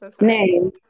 name